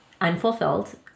unfulfilled